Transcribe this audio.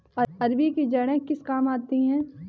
अरबी की जड़ें किस काम आती हैं?